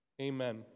Amen